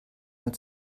mehr